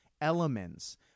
elements